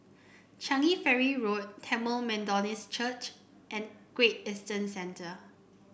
Changi Ferry Road Tamil Methodist Church and Great Eastern Centre